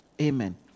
Amen